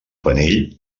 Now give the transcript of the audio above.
penell